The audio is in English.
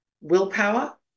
willpower